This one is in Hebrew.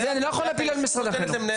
אני לא יכול להפיל על משרד החינוך.